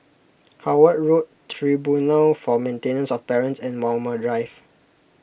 Howard Road Tribunal for Maintenance of Parents and Walmer Drive